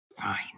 fine